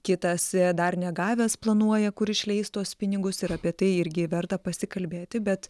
kitas dar negavęs planuoja kur išleis tuos pinigus ir apie tai irgi verta pasikalbėti bet